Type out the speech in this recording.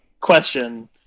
question